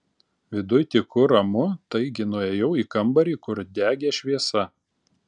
viduj tyku ramu taigi nuėjau į kambarį kur degė šviesa